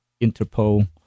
Interpol